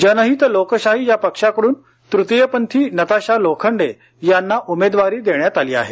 जनहित लोकशाही या पक्षाकडून तृतीयपंथी नताशा लोखंडे यांना उमेदवारी देण्यात आली आहे